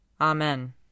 Amen